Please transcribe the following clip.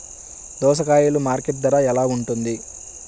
దోసకాయలు మార్కెట్ ధర ఎలా ఉంటుంది?